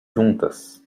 juntas